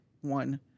one